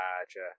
Gotcha